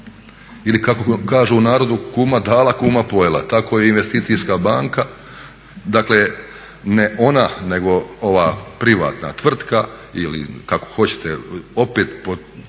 Ili kako kažu u narodu kuma dala, kuma pojela. Tako i Investicijska banka, dakle ne ona nego ova privatna tvrtka ili kako hoćete opet pod